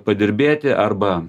padirbėti arba